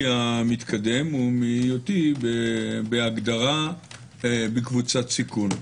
המתקדם ומהיותי בהגדרה בקבוצת סיכון.